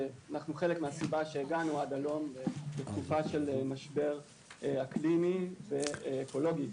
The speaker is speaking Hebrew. ואנחנו חלק מהסיבה שהגענו עד הלום בתקופה של משבר אקלימי ואקולוגי.